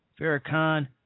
Farrakhan